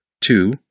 Two